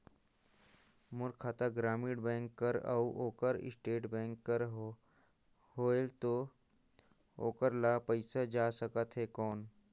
मोर खाता ग्रामीण बैंक कर अउ ओकर स्टेट बैंक कर हावेय तो ओकर ला पइसा जा सकत हे कौन?